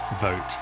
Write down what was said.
vote